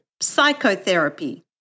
psychotherapy